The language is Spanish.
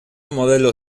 modelo